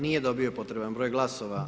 Nije dobio potreban broj glasova.